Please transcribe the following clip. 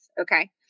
okay